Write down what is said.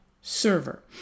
server